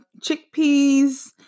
chickpeas